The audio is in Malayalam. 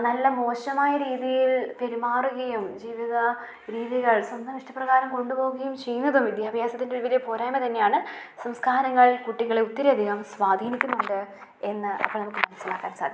നല്ല മോശമായ രീതിയിൽ പെരുമാറുകയും ജീവിത രീതികൾ സ്വന്തം ഇഷ്ടപ്രകാരം കൊണ്ട് പോകുകയും ചെയ്യുന്നതും വിദ്യാഭ്യാസത്തിൻ്റെ വലിയ പോരായ്മ തന്നെയാണ് സംസ്കാരങ്ങൾ കുട്ടികളെ ഒത്തിരി അധികം സ്വാധീനിക്കുന്നുണ്ട് എന്ന് അപ്പോൾ നമുക്ക് മനസ്സിലാക്കാൻ സാധിക്കും